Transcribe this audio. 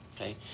Okay